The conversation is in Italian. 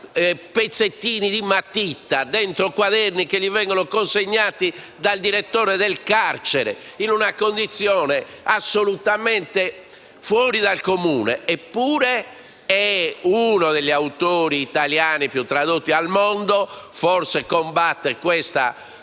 pezzettini di matita, su quaderni che gli vengono consegnati dal direttore del carcere, in una condizione assolutamente fuori dal comune. Eppure egli è uno degli autori italiani più tradotti al mondo, condividendo questo primato,